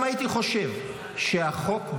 אם הייתי חושב באמת